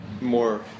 more